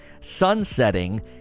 Sunsetting